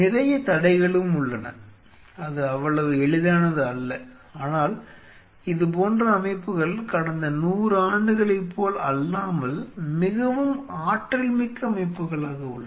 நிறைய தடைகளும் உள்ளன இது அவ்வளவு எளிதானது அல்ல ஆனால் இதுபோன்ற அமைப்புகள் கடந்த 100 ஆண்டுகளைப் போலல்லாமல் மிகவும் ஆற்றல்மிக்க அமைப்புகளாக உள்ளன